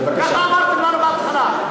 ככה אמרתם לנו בהתחלה.